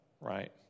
Right